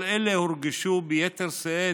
כל אלה הורגשו ביתר שאת